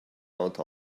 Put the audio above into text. out